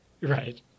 Right